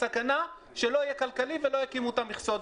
הסכנה היחידה היא שזה לא יהיה כלכלי ולא יקימו את המכסות.